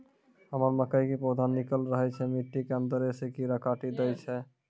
हमरा मकई के पौधा निकैल रहल छै मिट्टी के अंदरे से कीड़ा काटी दै छै?